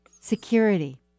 security